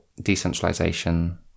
decentralization